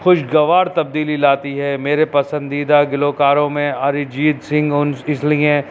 خوشگوار تبدیلی لاتی ہے میرے پسندیدہ گلوکاروں میں اریجیت سنگھ ان اس لیے